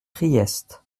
priest